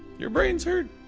your brains hurt?